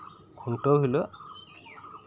ᱠᱷᱩᱱᱴᱟᱹᱣ ᱦᱤᱞᱳᱜ